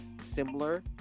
similar